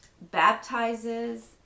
baptizes